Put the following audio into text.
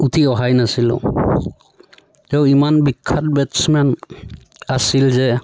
উঠি অহাই নাছিলোঁ তেওঁ ইমান বিখ্যাত বেটছমেন আছিল যে